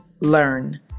Learn